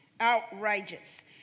Outrageous